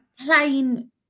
plain